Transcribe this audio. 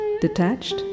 detached